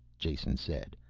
jason said.